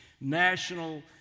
national